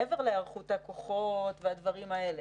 מעבר להיערכות הכוחות והדברים האלה: